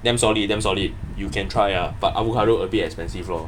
damn solid damn solid you can try uh but avocado a bit expensive lor